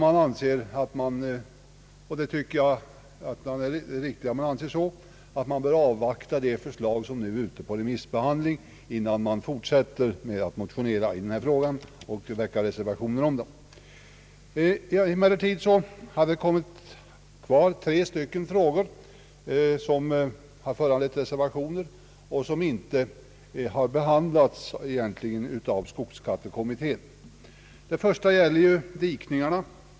Man anser, vilket jag tycker är riktigt, att det förslag som nu är på remissbehandling bör avvaktas innan man fortsätter att motionera i frågan och avger reservationer. Emellertid är det tre frågor som har föranlett reservationer, dvs. de som egentligen inte har behandlats av skogsskattekommittén. Den första gäller skyddsdikningarna.